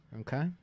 Okay